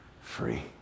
free